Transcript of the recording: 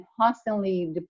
constantly